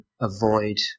avoid